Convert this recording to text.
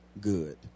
good